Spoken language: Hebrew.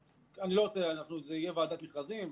תהיה ועדת מכרזים,